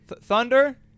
Thunder